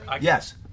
Yes